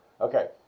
Okay